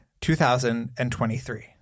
2023